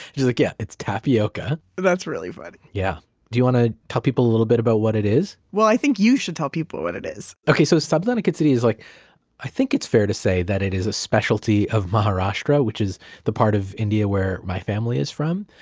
she's like, yeah. it's tapioca. that's really funny so yeah do you want to tell people a little bit about what it is? well, i think you should tell people what it is okay. so sabudana khichdi, like i think it's fair to say that it is a specialty of maharashtra, which is the part of india where my family is from.